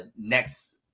next